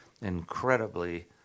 incredibly